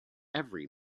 every